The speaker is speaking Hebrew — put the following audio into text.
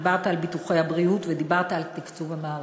דיברת על ביטוחי הבריאות ודיברת על תקצוב המערכת.